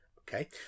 Okay